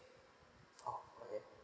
oh okay